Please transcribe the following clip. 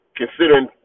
considering